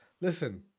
Listen